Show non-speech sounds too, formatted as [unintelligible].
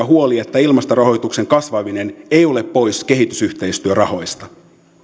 [unintelligible] huoli että ilmastorahoituksen kasvaminen ei ole pois kehitysyhteistyörahoista